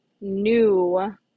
new